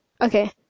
okay